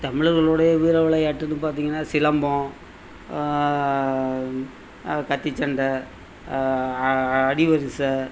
தமிழர்களுடைய வீர விளையாட்டுன்னு பார்த்திங்கன்னா சிலம்பம் கத்திச்சண்டை அடிவரிசை